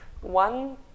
One